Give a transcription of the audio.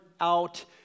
out